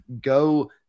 go